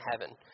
heaven